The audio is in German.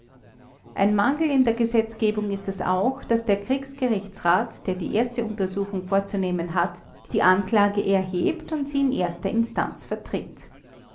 ein mangel in der gesetzgebung ist es auch daß der kriegsgerichtsrat der die erste untersuchung vorzunehmen hat die anklage erhebt und sie in erster instanz vertritt